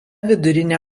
vidurinė